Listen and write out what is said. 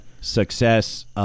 Success